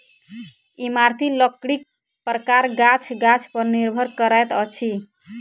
इमारती लकड़ीक प्रकार गाछ गाछ पर निर्भर करैत अछि